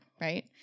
right